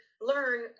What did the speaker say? learn